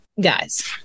guys